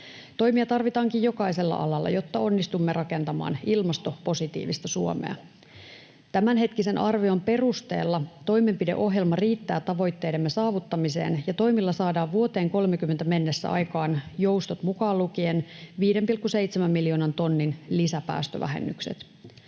Toimia tarvitaankin jokaisella alalla, jotta onnistumme rakentamaan ilmastopositiivista Suomea. Tämänhetkisen arvion perusteella toimenpideohjelma riittää tavoitteidemme saavuttamiseen ja toimilla saadaan vuoteen 30 mennessä aikaan, joustot mukaan lukien, 5,7 miljoonan tonnin lisäpäästövähennykset.